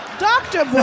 doctor